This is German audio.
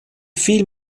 viel